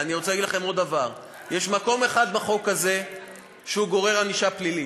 אני רוצה להגיד לכם עוד דבר: יש מקום אחד בחוק הזה שגורר ענישה פלילית,